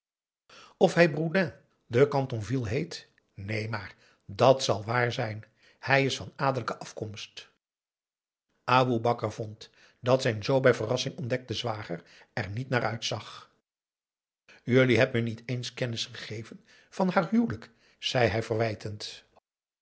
of hij boudrin de chatonville heet neen maar dàt zal waar zijn hij is van adellijke afkomst aboe bakar vond dat zijn zoo bij verrassing ontdekte zwager er niet naar uitzag jullie hebt me niet eens kennis gegeven van haar huwelijk zei hij verwijtend